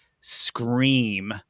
scream